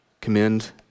commend